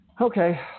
Okay